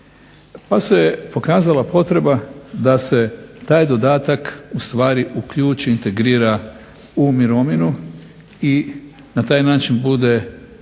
Pa se pokazala potreba da se taj dodatak ustvari uključi integrira u mirovinu i na taj način